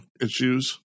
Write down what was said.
issues